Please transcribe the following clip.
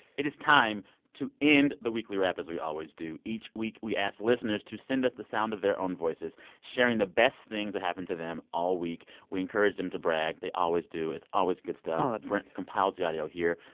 it is time to end the weekly wrap as we always do. each week, we ask listeners to send us the sound of their own voices sharing the best things that happened to them all week. we encourage them to brag. they always do. it's always good stuff oh, that's nice brent compiles the audio here.